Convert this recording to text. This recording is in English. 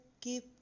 keep